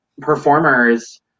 performers